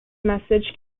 message